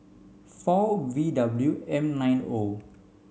four V W M nine O